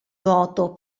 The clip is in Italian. nuoto